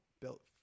built